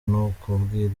nakubwira